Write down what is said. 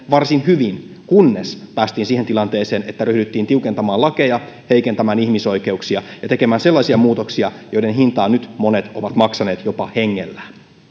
varsin hyvin kunnes päästiin siihen tilanteeseen että ryhdyttiin tiukentamaan lakeja heikentämään ihmisoikeuksia ja tekemään sellaisia muutoksia joiden hintaa nyt monet ovat maksaneet jopa hengellään